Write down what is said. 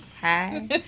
Hi